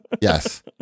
yes